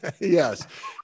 Yes